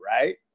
right